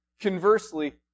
Conversely